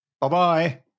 Bye-bye